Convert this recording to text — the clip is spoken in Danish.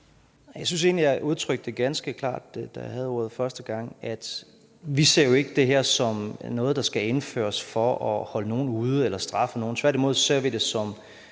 det ganske klart, da jeg havde ordet første gang, nemlig at vi jo ikke ser det her som noget, der skal indføres for at holde nogen ude eller straffe nogen.